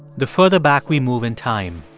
the further back we move in time